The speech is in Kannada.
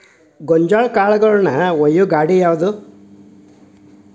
ಗೋಂಜಾಳ ಕಾಳುಗಳನ್ನು ಒಯ್ಯುವ ಗಾಡಿ ಯಾವದು?